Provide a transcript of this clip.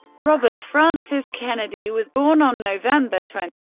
robert francis kennedy was born on november twenty,